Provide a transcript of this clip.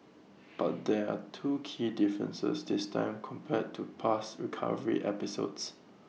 but there are two key differences this time compared to past recovery episodes